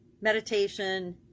meditation